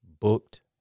booked